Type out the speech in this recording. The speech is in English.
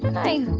i